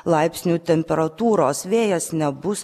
laipsnių temperatūros vėjas nebus